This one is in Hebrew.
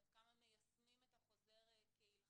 עד כמה מיישמים את החוזר כהלכתו,